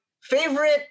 favorite